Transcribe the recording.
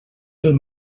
del